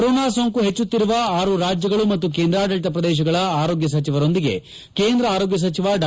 corona ಸೋಂಕು ಹೆಚ್ಚುತ್ತಿರುವ ಆರು ರಾಜ್ಯಗಳು ಮತ್ತು ಕೇಂದ್ರಾಡಳಿತ ಪ್ರದೇಶಗಳ ಆರೋಗ್ಯ ಸಚಿವರೊಂದಿಗೆ ಕೇಂದ್ರ ಆರೋಗ್ಯ ಸಚಿವ ಡಾ